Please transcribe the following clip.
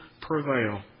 prevail